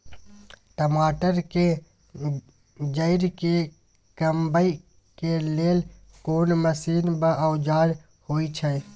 टमाटर के जईर के कमबै के लेल कोन मसीन व औजार होय छै?